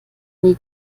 nie